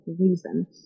reason